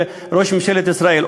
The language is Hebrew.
של ראש ממשלת ישראל,